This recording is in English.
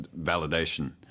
validation